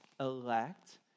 elect